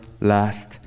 last